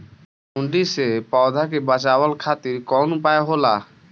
सुंडी से पौधा के बचावल खातिर कौन उपाय होला?